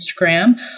Instagram